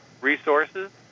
resources